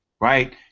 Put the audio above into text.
right